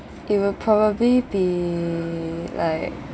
it will probably be like